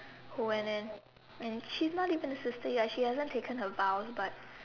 who went in and she's not even a sister yet she haven't taken her vows but